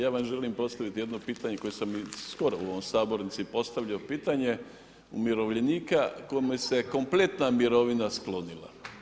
Ja vam želim postaviti jedno pitanje koje sam i skoro u ovoj sabornici postavio, pitanje umirovljenika kome se kompletna mirovina sklonila.